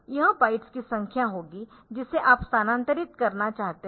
यह बाइट्स की संख्या होगी जिसे आप स्थानांतरित करना चाहते है